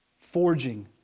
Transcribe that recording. Forging